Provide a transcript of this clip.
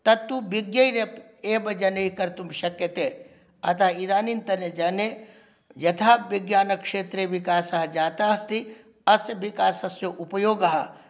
तत्तु विज्ञैः एव जनैः कर्तुं शक्यते अतः इदानीन्तन जने यथा विज्ञानक्षेत्रे विकासः जातः अस्ति अस्य विकासस्य उपयोगः